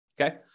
okay